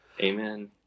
Amen